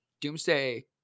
doomsday